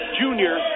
junior